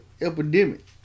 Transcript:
epidemic